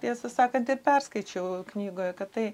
tiesą sakant ir perskaičiau knygoje kad tai